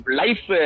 life